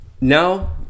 now